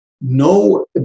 no